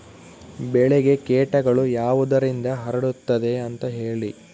ಬೆಳೆಗೆ ಕೇಟಗಳು ಯಾವುದರಿಂದ ಹರಡುತ್ತದೆ ಅಂತಾ ಹೇಳಿ?